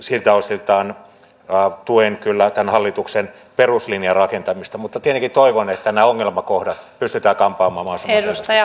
siltä osiltaan tuen kyllä tämän hallituksen peruslinjan rakentamista mutta tietenkin toivon että nämä ongelmakohdat pystytään kampaamaan mahdollisimman hyvin pois